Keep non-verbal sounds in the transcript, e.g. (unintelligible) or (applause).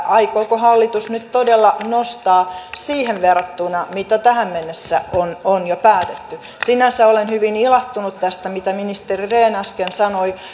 (unintelligible) aikooko hallitus nyt todella nostaa siihen verrattuna mitä tähän mennessä on jo päätetty sinänsä olen hyvin ilahtunut tästä mitä ministeri rehn äsken sanoi